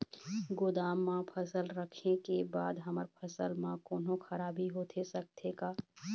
गोदाम मा फसल रखें के बाद हमर फसल मा कोन्हों खराबी होथे सकथे का?